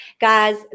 Guys